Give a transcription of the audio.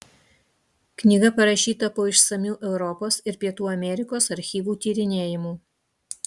knyga parašyta po išsamių europos ir pietų amerikos archyvų tyrinėjimų